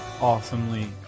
awesomely